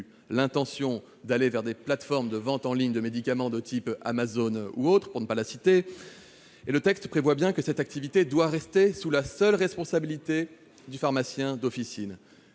l'intention d'aller vers des plateformes de vente en ligne de médicaments comme Amazon- pour ne pas le nommer -ou d'autres. Le texte prévoit bien que cette activité restera sous la seule responsabilité du pharmacien d'officine,